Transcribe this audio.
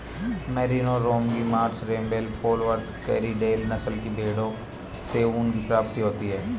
Merino, Romney Marsh, Rambouillet, Polwarth, Corriedale नस्ल की भेंड़ों से ऊन की प्राप्ति होती है